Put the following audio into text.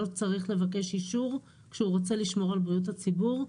צריך לבקש אישור כשהוא רוצה לשמור על בריאות הציבור,